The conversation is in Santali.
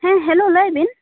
ᱦᱮᱸ ᱦᱮᱞᱳ ᱞᱟᱹᱭ ᱵᱤᱱ